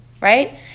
Right